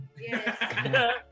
Yes